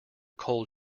cold